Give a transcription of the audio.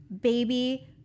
baby